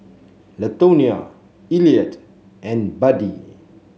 Latonia Eliot and Buddie